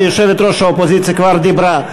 כי יושבת-ראש האופוזיציה כבר דיברה,